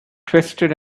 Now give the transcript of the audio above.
twisted